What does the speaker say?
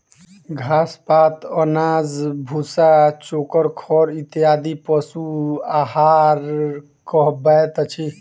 घास, पात, अनाज, भुस्सा, चोकर, खड़ इत्यादि पशु आहार कहबैत अछि